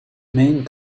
maine